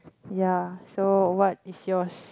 ya so what is yours